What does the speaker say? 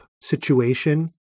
situation